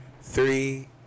three